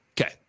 Okay